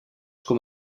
com